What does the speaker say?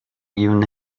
even